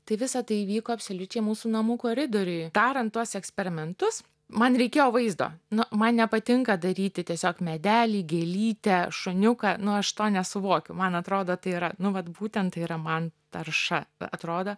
tai visa tai įvyko absoliučiai mūsų namų koridoriuj darant tuos eksperimentus man reikėjo vaizdo nu man nepatinka daryti tiesiog medelį gėlytę šuniuką nu aš to nesuvokiu man atrodo tai yra nu vat būtent tai yra man tarša atrodo